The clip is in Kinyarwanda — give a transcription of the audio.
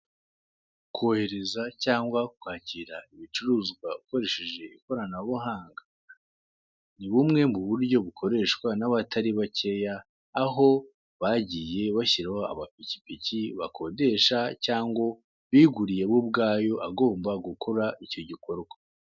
Kohereza cyangwa kwakira ibicuruzwa ukoresheje ikoranabuhanga, ni bumwe mu buryo bukoreshwa n'abatari bakeya, aho bagiye bashyiraho amapikipiki bakodesha cyangwa biguriye bo ubwayo agomba gukora icyo gikorwa.